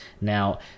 Now